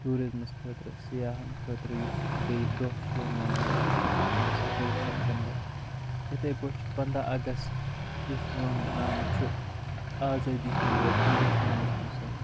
ٹوٗرِزمَس خٲطرٕ سِیاحَن خٲطرٕ یُس ڈے دۄہ چھُ یِوان مناونہٕ سُہ چھُ آسان سَتوٚوُہ سٮ۪پٹٮ۪مبَر اِتھے پٲٹھۍ چھُ پَنٛدَہ اَگَست یُس یِوان مناونہٕ چھُ آزٲدی ہُنٛد دۄہ ہِندُستانَس منٛز سٲنِس